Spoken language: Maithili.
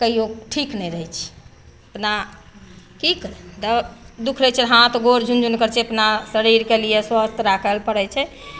कहियो ठीक नहि रहै छी अपना की करै तऽ दुखै छै हाँथ गोर झुन झुन करै छै एतना शरीरके लिये स्वस्थ राखै लए पड़ै छै